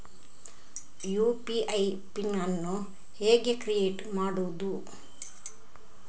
UPI pin ಅನ್ನು ಹೇಗೆ create ಮಾಡುದು?